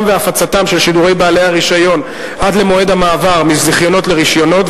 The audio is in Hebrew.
והפצתם של שידורי בעלי הרשיון עד למועד המעבר מזיכיונות לרשיונות,